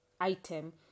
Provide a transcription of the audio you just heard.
item